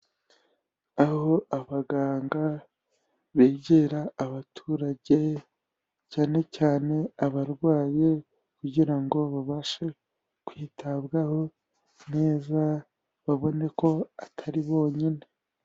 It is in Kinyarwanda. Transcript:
Aho abaganga begera abaturage cyane cyane abarwayi kugira ngo babashe kwitabwaho neza babone ko atari bonyine.